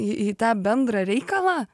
į į tą bendrą reikalą